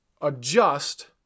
adjust